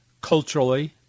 culturally